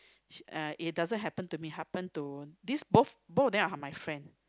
uh it doesn't happen to me happen to this both both of them are my friend